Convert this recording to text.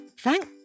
Thank